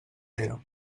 pere